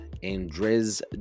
andres